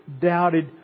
doubted